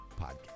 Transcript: podcast